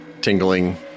tingling